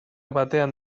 batean